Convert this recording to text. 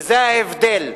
וזה ההבדל,